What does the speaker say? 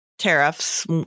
tariffs